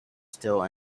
still